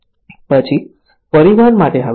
પછી પરિવહન માટે આવે છે